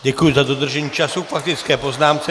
Děkuji za dodržení času k faktické poznámce.